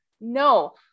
No